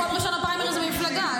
מקום ראשון בפריימריז במפלגה.